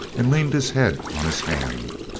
and leaned his head on his hand.